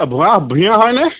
অঁ ভুৱা ভূঞা হয়নে